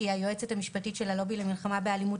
שהיא היועצת המשפטית של הלובי למלחמה באלימות